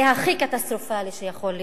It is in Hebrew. זה הכי קטסטרופלי שיכול להיות.